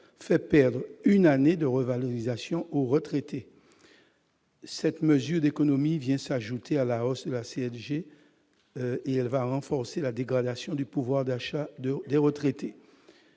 fait perdre une année de revalorisation aux retraités. Cette mesure d'économie, qui vient s'ajouter à la hausse de la CSG, va renforcer la dégradation du pouvoir d'achat des retraités.